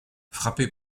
frappé